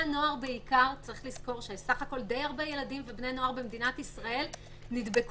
צריך לזכור שדי הרבה ילדים ובני נוער במדינת ישראל נדבקו,